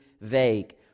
vague